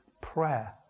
Prayer